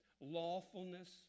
lawfulness